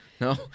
No